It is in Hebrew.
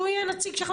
שהוא יהיה נציג.